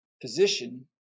position